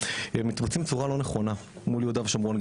מתבצעים בצורה לא נכונה מול יהודה ושומרון,